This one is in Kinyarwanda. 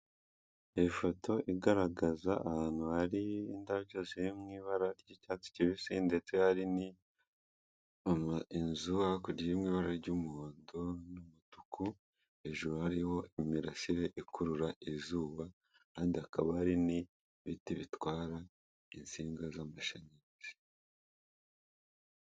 Ifoto igaragaza ahantu hari indabyo ziri mu ibara ry'icyatsi kibisi ndetse hari n'inzu hakurya y'ibara ry'umuhondo n'umutuku hejuru hariho imirasire ikurura izuba kandi akaba ari n'ibiti bitwara insinga z'amashanyarazi.